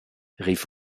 rief